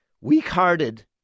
weak-hearted